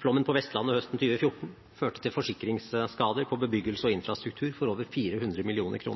Flommen på Vestlandet høsten 2014 førte til forsikringsskader på bebyggelse og infrastruktur for over 400 mill. kr,